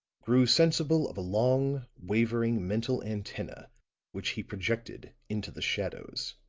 grew sensible of a long, wavering mental antenna which he projected into the shadows